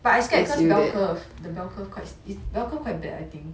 but I scared cause bell curve the bell curve quite steep bell curve quite bad I think